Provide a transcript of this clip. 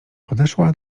podeszła